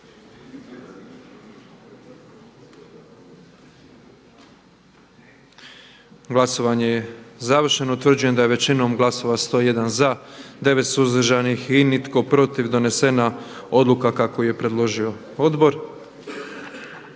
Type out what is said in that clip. Glasovanje je završeno. Utvrđujem da je većinom glasova, 88 glasova za, 7 suzdržanih i 11 protiv donijeta odluka kako ju je predložilo